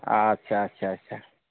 আচ্ছা আচ্ছা আচ্ছা